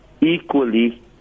equally